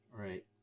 Right